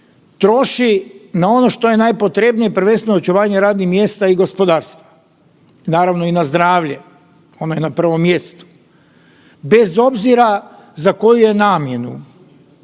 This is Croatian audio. troši na ono što je najpotrebnije, prvenstveno na očuvanje radnih mjesta i gospodarstva, naravno i na zdravlje, ono je na prvom mjestu, bez obzira za koju je namjenu.